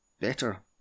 better